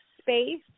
space